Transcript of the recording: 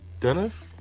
Dennis